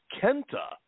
Kenta